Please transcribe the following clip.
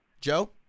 Joe